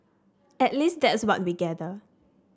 at least that's what we gather